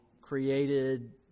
created